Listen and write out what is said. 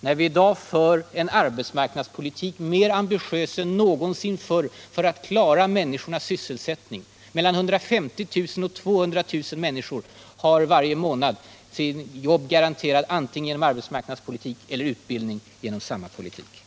när vi i dag för en arbetsmarknadspolitik mer ambitiös än någonsin tidigare för att klara människornas sysselsättning. Mellan 150 000 och 200 000 människor har varje månad sina jobb garanterade antingen genom arbetsmarknadspolitik eller genom utbildning tack vare samma politik.